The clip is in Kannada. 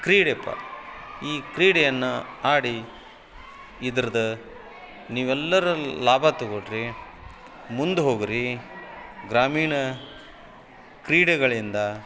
ಕ್ರೀಡೆಯಪ್ಪ ಈ ಕ್ರೀಡೆಯನ್ನು ಆಡಿ ಇದ್ರದು ನೀವೆಲ್ಲರಲ್ಲಿ ಲಾಭ ತೊಗೊಳ್ಳಿರಿ ಮುಂದೆ ಹೋಗಿರಿ ಗ್ರಾಮೀಣ ಕ್ರೀಡೆಗಳಿಂದ